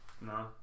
No